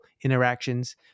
interactions